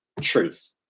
truth